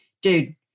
Dude